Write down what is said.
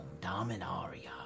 Dominaria